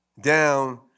down